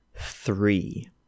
Three